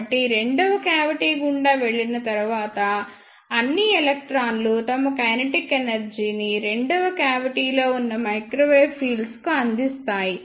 కాబట్టి రెండవ క్యావిటి గుండా వెళ్ళిన తరువాత అన్ని ఎలక్ట్రాన్లు తమ కైనెటిక్ ఎనర్జీ ని రెండవ క్యావిటిలో ఉన్న మైక్రోవేవ్ ఫీల్డ్స్ కు అందిస్తాయి